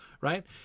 right